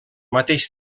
mateix